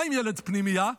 מה עם ילד פנימייה?